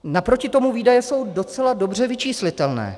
Naproti tomu výdaje jsou docela dobře vyčíslitelné.